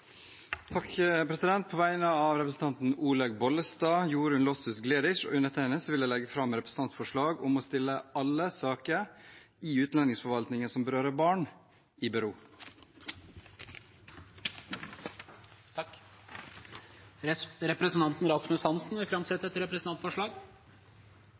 På vegne av representantene Olaug Vervik Bollestad, Jorunn Lossius Gleditsch og meg selv vil jeg legge fram et representantforslag om å stille alle saker i utlendingsforvaltningen som berører barn, i bero. Representanten Rasmus Hansson vil